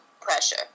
pressure